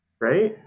right